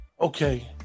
Okay